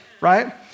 Right